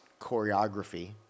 choreography